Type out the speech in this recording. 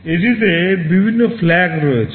এটিতে বিভিন্ন FLAG রয়েছে